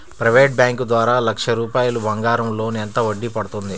Private bank ద్వారా లక్ష రూపాయలు బంగారం లోన్ ఎంత వడ్డీ పడుతుంది?